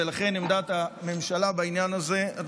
ולכן עמדת הממשלה בעניין הזה היא לתמוך,